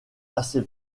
assez